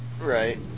Right